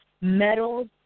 metals